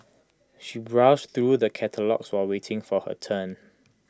she browsed through the catalogues while waiting for her turn